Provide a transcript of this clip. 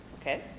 okay